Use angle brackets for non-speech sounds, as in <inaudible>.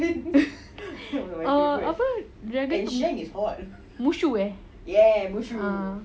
<laughs> oh apa dragon tu mushu eh